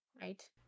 Right